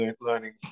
learning